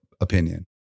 opinion